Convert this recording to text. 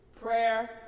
prayer